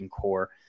core